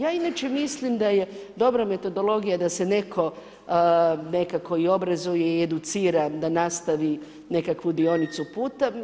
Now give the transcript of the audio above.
Ja inače mislim da je dobra metodologija da se netko, nekako obrazuju i educira, da nastavi nekakvu dionicu puta.